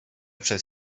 przez